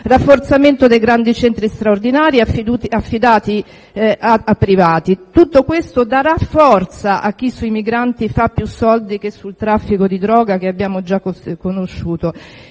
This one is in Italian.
rafforzamento dei grandi centri straordinari affidati a privati. Tutto questo darà forza a chi sui migranti fa più soldi che con il traffico di droga, e che abbiamo già conosciuto,